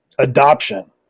Adoption